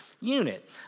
unit